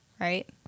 Right